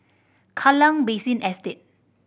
Kallang Basin Estate